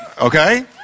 Okay